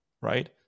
right